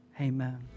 Amen